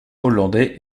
hollandais